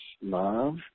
love